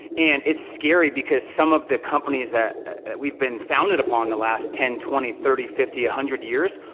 and it's scary, because some of the companies that we've been founded upon the last ten, twenty, thirty, fifty, a hundred years,